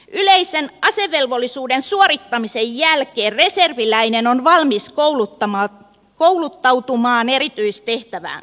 yleisen asevelvollisuuden suorittamisen jälkeen reserviläinen on valmis kouluttautumaan erityistehtäväänsä